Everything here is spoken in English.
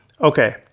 Okay